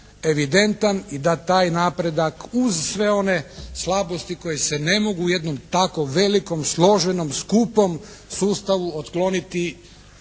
evidentan i da taj napredak uz sve one slabosti koje se ne mogu u jednom tako velikom složenom, skupom sustavu otkloniti lako,